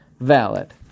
valid